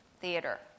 theater